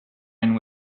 and